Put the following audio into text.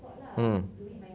mm